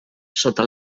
sota